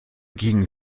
gegen